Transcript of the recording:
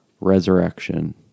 resurrection